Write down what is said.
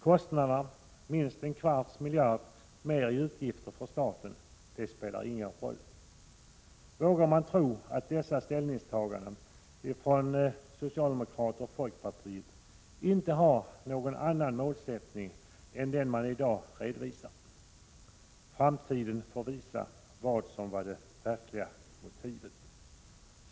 Kostnaderna — minst en kvarts miljard mer i utgifter för staten — spelar ingen roll. Vågar man tro att dessa ställningstaganden från socialdemokraterna och folkpartiet inte har något annat syfte än det man i dag redovisar? Framtiden får visa vad som var det verkliga motivet.